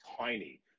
tiny